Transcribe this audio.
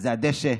זה הדשא.